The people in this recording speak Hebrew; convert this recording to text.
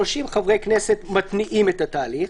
30 חברי כנסת מתניעים את התהליך.